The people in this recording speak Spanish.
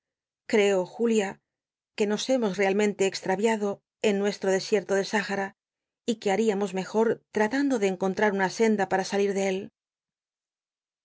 cco julia que nos hemos realmente exttaviado en nuestro desierto de sallara y que hal'i unos mejor tratando de enconltar una senda para salir de él